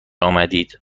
آمدید